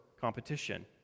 competition